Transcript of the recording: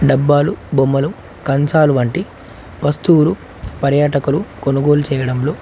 డబ్బాలు బొమ్మలు కంచాలు వంటి వస్తువులు పర్యాటకులు కొనుగోలు చేయడంలో